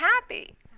happy